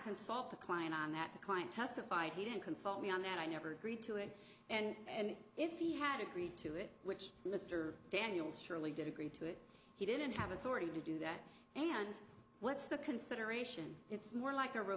consult the client on that the client testified he didn't consult me on that i never agreed to it and if he had agreed to it which mr daniels surely did agree to it he didn't have authority to do that and what's the consideration it's more like a re